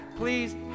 please